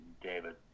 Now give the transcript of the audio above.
David